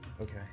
Okay